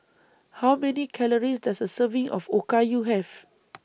How Many Calories Does A Serving of Okayu Have